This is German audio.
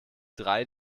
drei